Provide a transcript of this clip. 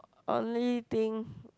only thing